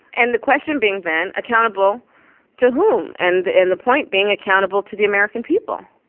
and the question being then accountable to whom? and the and the point being accountable to the american people,